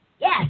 Yes